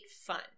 fun